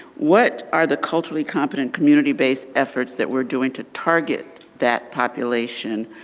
what are the culturally competent community-based efforts that we're doing to target that population,